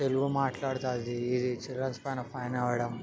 తెలుగు మాట్లాడితే అది చిల్డ్రన్స్ పైన ఫైన్ వేయడం